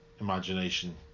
imagination